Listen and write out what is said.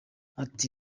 ati